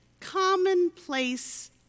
commonplace